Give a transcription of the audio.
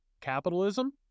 capitalism